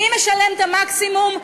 מי משלם את המקסימום?